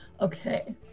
Okay